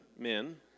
men